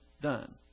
done